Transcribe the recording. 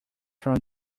from